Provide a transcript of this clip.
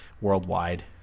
worldwide